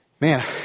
man